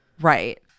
Right